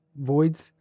voids